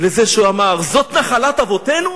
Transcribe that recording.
לזה שהוא אמר: זאת נחלת אבותינו,